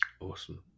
awesome